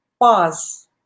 pause